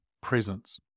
presence